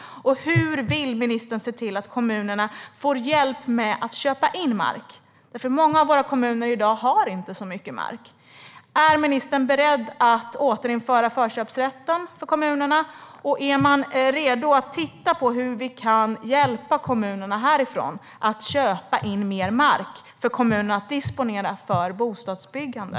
Hur vill ministern se till att kommunerna får hjälp med att köpa in mark? Många av kommunerna har inte så mycket mark. Är ministern beredd att återinföra förköpsrätten för kommunerna? Är man redo att titta på hur vi härifrån kan hjälpa kommunerna att köpa in mer mark för kommunerna att disponera för bostadsbyggande?